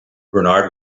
bernard